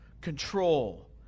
control